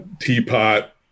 teapot